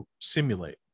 simulate